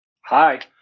Hi